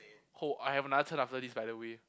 oh I have another turn after this by the way